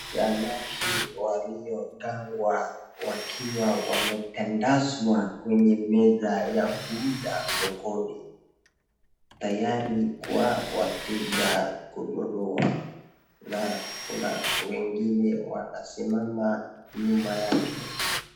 Samaki waliogandwa wakiwa wametandazwa kwenye meza ya kuuzwa sokoni, tayari kwa wateja kununua, na kuna wengine wanasimama nyuma yake.